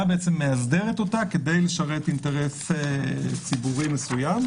מאסדרת אותה כדי לשרת אינטרס ציבורי מסוים.